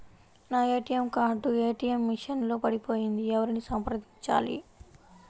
నా ATM card ATM machine లో పడిపోయింది ఎవరిని సంప్రదించాలి?